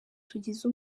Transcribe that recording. tugize